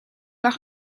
lag